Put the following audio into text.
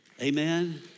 Amen